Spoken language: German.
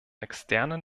externen